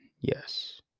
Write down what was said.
Yes